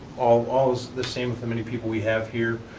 all all as the same as the many people we have here.